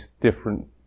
different